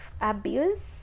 abuse